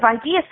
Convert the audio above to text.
ideas